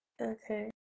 Okay